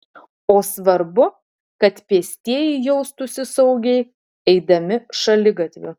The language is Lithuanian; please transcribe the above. o svarbu kad pėstieji jaustųsi saugiai eidami šaligatviu